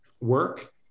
work